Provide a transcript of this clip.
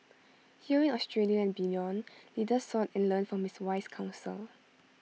here in Australia and beyond leaders sought and learned from his wise counsel